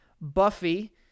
Buffy